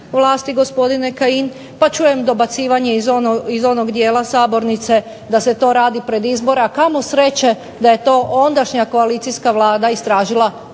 vlasti gospodine Kajin, pa čujem dobacivanje iz onog dijela sabornice da se to radi pred izbore, a kamo sreće da je to ondašnja koalicijska Vlada istražila pred